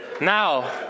now